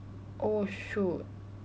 oh shoot